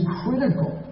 critical